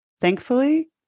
Thankfully